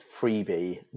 freebie